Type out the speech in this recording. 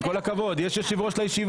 עם כל הכבוד, יש יושב ראש לישיבה.